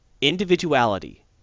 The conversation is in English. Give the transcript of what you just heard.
individuality